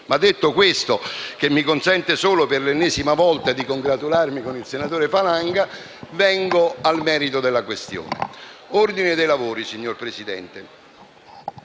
Detto questo, che mi consente solo per l'ennesima volta di congratularmi con il senatore Falanga, vengo al merito della questione, cioè all'ordine dei lavori, signor Presidente.